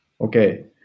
Okay